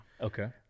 okay